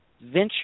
venture